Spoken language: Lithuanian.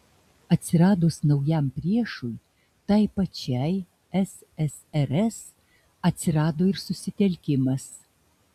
atsiradus naujam priešui tai pačiai ssrs atsirado ir susitelkimas